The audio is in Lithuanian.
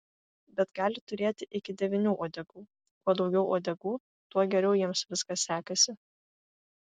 bet gali turėti iki devynių uodegų kuo daugiau uodegų tuo geriau jiems viskas sekasi